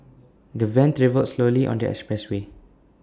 the van travelled slowly on the expressway